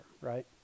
right